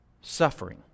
Suffering